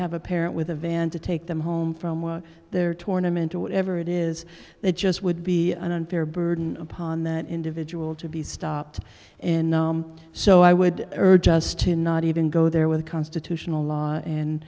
have a parent with a van to take them home from work their tournament or whatever it is that just would be an unfair burden upon that individual to be stopped in so i would urge us to not even go there with constitutional law and